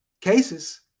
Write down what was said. cases